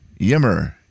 Yimmer